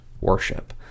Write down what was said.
worship